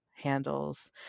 handles